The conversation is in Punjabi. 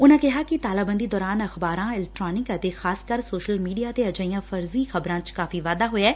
ਉਨੂਾਂ ਕਿਹਾ ਕਿ ਤਾਲਾਬੰਦੀ ਦੌਰਾਨ ਅਖ਼ਬਾਰਾਂ ਇਲੈਕਟ੍ਰਾਨਿਕ ਅਤੇ ਖ਼ਾਸ ਕਰ ਸੋਸ਼ਲ ਮੀਡੀਆ ਤੇ ਅਜਿਹੀਆਂ ਫਰਜ਼ੀ ਖ਼ਬਰਾਂ ਚ ਕਾਫ਼ੀ ਵਾਧਾ ਹੋਇਐ